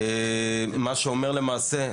מה שאומר למעשה,